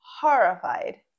horrified